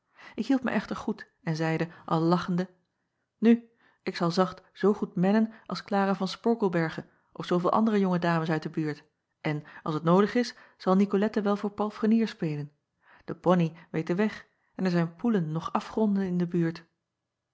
k hield mij echter goed en zeide al lachende u ik zal zacht zoo goed mennen als lara van porkelberghe of zoovele andere jonge dames uit de buurt en als t noodig is zal icolette wel voor palfrenier spelen de poney weet den weg en er zijn poelen noch afgronden in de buurt